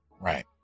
Right